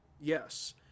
Yes